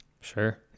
Sure